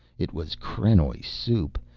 it was krenoj soup,